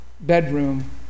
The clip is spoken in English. bedroom